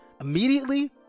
immediately